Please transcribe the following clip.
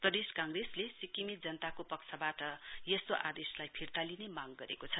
प्रदेश कांग्रेसले सिक्किमे जनताको पक्षवाट यस्तो आदेशलाई फिर्ता लिने मांग गरेको छ